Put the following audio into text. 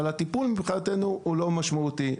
אבל הטיפול הוא מבחינתנו לא משמעותי,